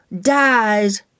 dies